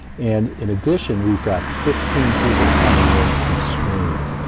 and in addition, we've got fifteen people coming in to be screened.